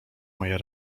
moje